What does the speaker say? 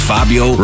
Fabio